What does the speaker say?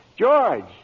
George